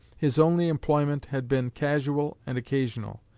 his only employment had been casual and occasional.